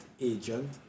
agent